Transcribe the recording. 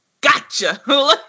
gotcha